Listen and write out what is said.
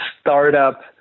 startup